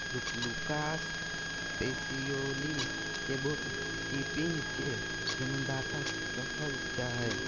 Lucas Pacioli के book keeping के जन्मदाता कहल जा हइ